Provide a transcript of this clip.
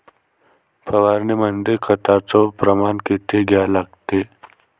फवारनीमंदी खताचं प्रमान किती घ्या लागते?